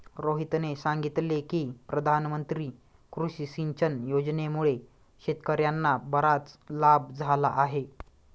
रोहितने सांगितले की प्रधानमंत्री कृषी सिंचन योजनेमुळे शेतकर्यांना बराच लाभ झाला आहे